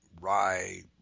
rye